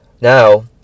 now